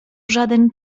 żaden